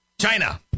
China